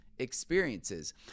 experiences